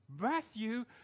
Matthew